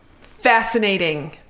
fascinating